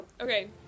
okay